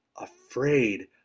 afraid